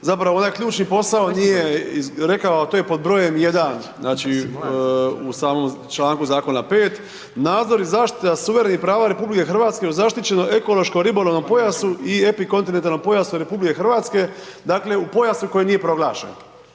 zapravo ključni posao nije rekao, a to je pod brojem jedan u samom članku 5. zakona, „nadzor i zaštita suverenih prava RH u zaštićenom ekološko-ribolovnom pojasu i epikontinentalnom pojasu RH“, dakle u pojasu koji nije proglašen.